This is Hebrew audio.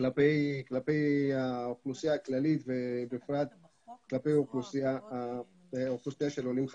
כלפי האוכלוסייה הכללית ובפרט כלפי אוכלוסיית העולים החדשים.